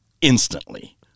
instantly